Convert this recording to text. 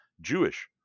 Jewish